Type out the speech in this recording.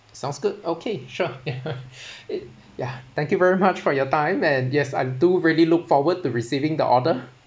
sounds good okay sure ya it ya thank you very much for your time and yes I do really look forward to receiving the order